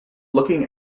looking